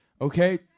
Okay